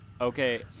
Okay